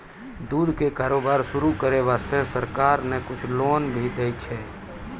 दूध के कारोबार शुरू करै वास्तॅ सरकार न कुछ लोन भी दै छै